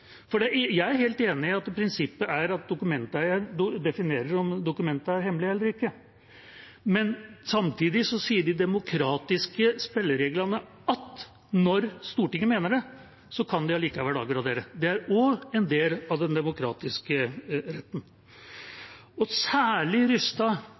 er helt enig i at prinsippet er at dokumenteieren definerer om dokumentet er hemmelig eller ikke, men samtidig sier de demokratiske spillereglene at når Stortinget mener det, kan de allikevel avgradere. Det er også en del av den demokratiske retten.